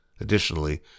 Additionally